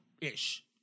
ish